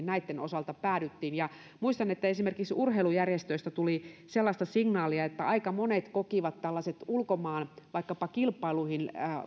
näitten osalta päädyttiin muistan että esimerkiksi urheilujärjestöistä tuli sellaista signaalia että aika monet kokivat tällaisen ulkomailla vaikkapa kilpailuihin